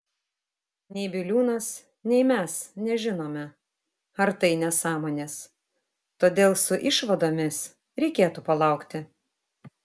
nei biliūnas nei mes nežinome ar tai nesąmonės todėl su išvadomis reikėtų palaukti